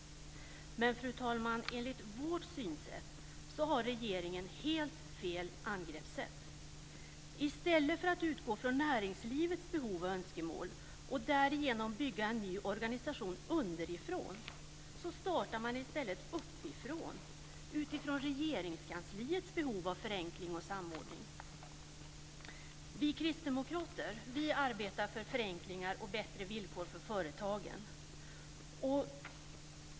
Men, fru talman, enligt vårt synsätt, har regeringen helt fel angreppssätt. I stället för att utgå från näringslivets behov och önskemål och därigenom bygga en ny organisation underifrån, startar man uppifrån utifrån Regeringskansliets behov av förenkling och samordning. Vi kristdemokrater arbetar för förenklingar och bättre villkor för företagen.